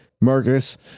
Marcus